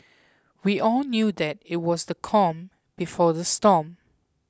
we all knew that it was the calm before the storm